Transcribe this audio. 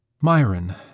Myron